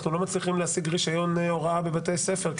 לא מצליחים להשיג רישיון הוראה בבתי ספר,